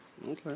Okay